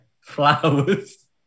flowers